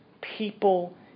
people